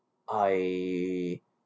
I